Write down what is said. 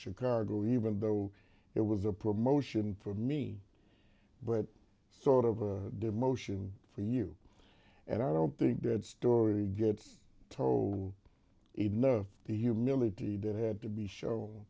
chicago even though it was a promotion for me but sort of a demotion for you and i don't think that story gets tall enough the humility that had to be show